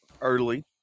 early